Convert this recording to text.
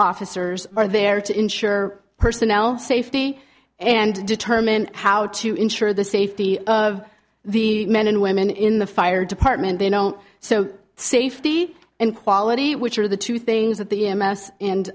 officers are there to ensure personnel safety and determine how to ensure the safety of the men and women in the fire department they don't so safety and quality which are the two things that the